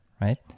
Right